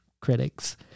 critics